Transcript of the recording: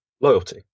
Loyalty